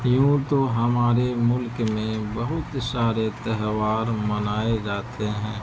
یوں تو ہمارے ملک میں بہت سارے تہوار منائے جاتے ہیں